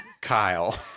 Kyle